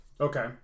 okay